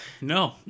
No